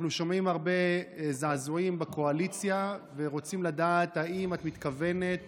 אנחנו שומעים הרבה זעזועים בקואליציה ורוצים לדעת אם את מתכוונת